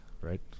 Right